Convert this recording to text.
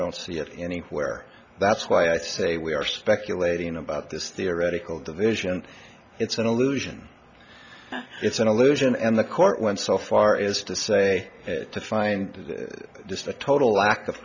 don't see it anywhere that's why i say we are speculating about this theoretical division it's an illusion it's an illusion and the court went so far is to say to find just a total lack of